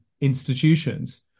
institutions